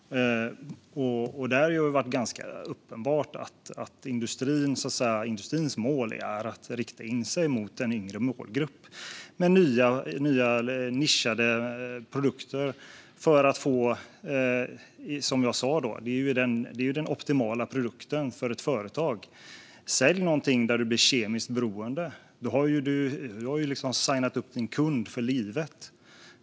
Det har varit ganska uppenbart att industrins mål är att rikta in sig på en yngre målgrupp med nya, nischade produkter. Det är ju den optimala produkten för ett företag: Sälj någonting som gör kunden kemiskt beroende, för då har du sajnat upp kunden för livet!